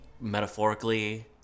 metaphorically